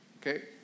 Okay